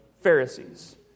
Pharisees